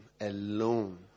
alone